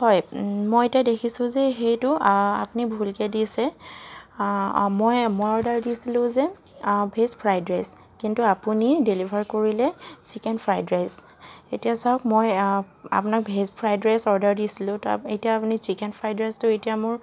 হয় মই এতিয়া দেখিছোঁ যে সেইটো আপনি ভুলকৈ দিছে মই মই অৰ্ডাৰ দিছিলোঁ যে ভেজ ফ্ৰাইড ৰাইচ কিন্তু আপুনি ডেলিভাৰ কৰিলে ছিকেন ফ্ৰাইড ৰাইচ এতিয়া চাওক মই আপনাক ভেজ ফ্ৰাইড ৰাইচ অৰ্ডাৰ দিছিলোঁ এতিয়া আপুনি ছিকেন ফ্ৰাইড ৰাইচটো এতিয়া মোৰ